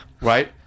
Right